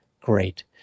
great